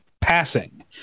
passing